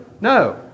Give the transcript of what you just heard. No